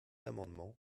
amendement